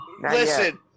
Listen